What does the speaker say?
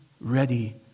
ready